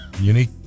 unique